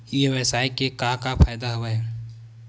ई व्यवसाय के का का फ़ायदा हवय?